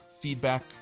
feedback